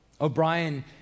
O'Brien